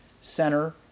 center